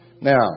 Now